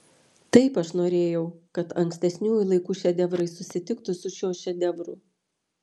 taip aš norėjau kad ankstesniųjų laikų šedevrai susitiktų su šiuo šedevru